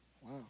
Wow